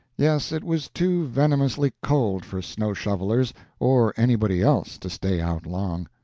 yes, it was too venomously cold for snow-shovelers or anybody else to stay out long.